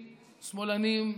שמאלנים,